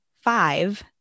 five